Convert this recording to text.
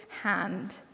hand